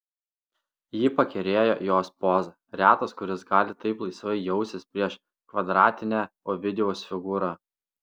jį pakerėjo jos poza retas kuris gali taip laisvai jaustis prieš kvadratinę ovidijaus figūrą